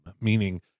meaning